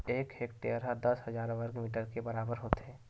एक हेक्टेअर हा दस हजार वर्ग मीटर के बराबर होथे